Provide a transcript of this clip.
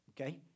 Okay